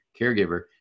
caregiver